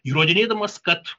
įrodinėdamas kad